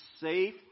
safe